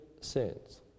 sins